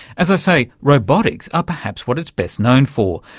as i say, robotics are perhaps what it's best known for,